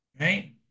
Right